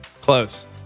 Close